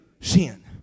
sin